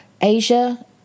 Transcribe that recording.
Asia